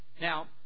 Now